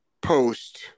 post